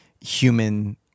human